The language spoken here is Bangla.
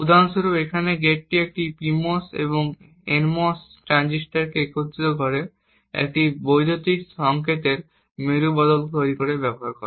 উদাহরণস্বরূপ এখানে এই গেটটি একটি PMOS এবং একটি NMOS ট্রানজিস্টরকে একত্রিত করে একটি বৈদ্যুতিন সংকেতের মেরু বদল তৈরি করতে ব্যবহার করে